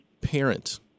parent